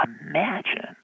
Imagine